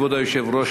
כבוד היושב-ראש,